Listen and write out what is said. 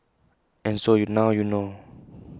and so you now you know